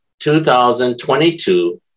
2022